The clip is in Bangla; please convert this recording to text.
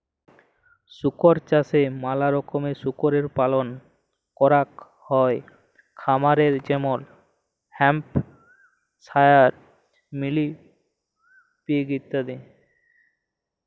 শুকর চাষে ম্যালা রকমের শুকরের পালল ক্যরাক হ্যয় খামারে যেমল হ্যাম্পশায়ার, মিলি পিগ ইত্যাদি